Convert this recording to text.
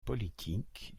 politique